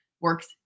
works